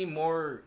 more